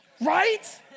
Right